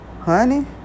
honey